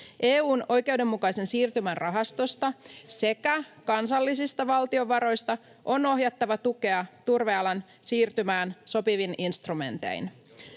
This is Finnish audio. EU:n oikeudenmukaisen siirtymän rahastosta sekä kansallisista valtion varoista on ohjattava tukea turvealan siirtymään sopivin instrumentein.